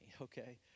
okay